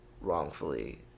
wrongfully